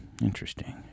interesting